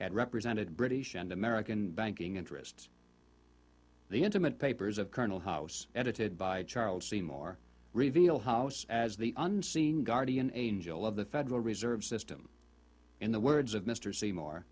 at represented british and american banking interests the intimate papers of colonel house edited by charles seymour reveal house as the unseen guardian angel of the federal reserve system in the words of mr seymour